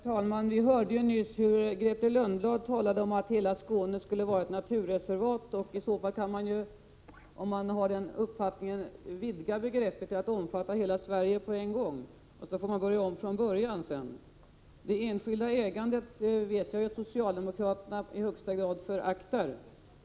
Herr talman! Vi hörde nyss Grethe Lundblad tala om att hela Skåne skulle vara ett naturreservat. I så fall kan man, om man har den uppfattningen, vidga begreppet till att omfatta hela Sverige på en gång. Sedan får man börja om från början. Jag vet att socialdemokraterna i högsta grad föraktar det enskilda ägandet.